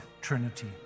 Trinity